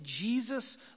Jesus